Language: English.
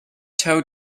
toe